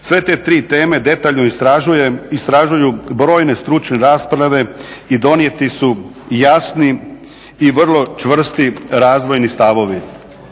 Sve te tri teme detaljno istražuju brojne stručne rasprave i donijeti su jasni i vrlo čvrsti razvojni stavovi.